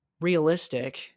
realistic